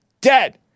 dead